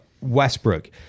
Westbrook